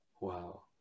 Wow